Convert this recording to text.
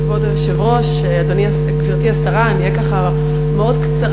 כבוד היושב-ראש, גברתי השרה, אני אהיה מאוד קצרה.